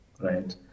right